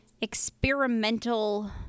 experimental